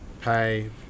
pay